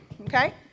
okay